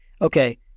okay